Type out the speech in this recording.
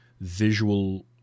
visual